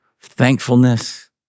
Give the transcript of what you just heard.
thankfulness